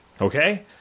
okay